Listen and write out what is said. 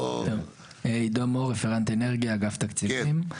טוב, עידו מור, רפרנט אנרגיה, אגף תקציבים.